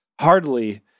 Hardly